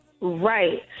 Right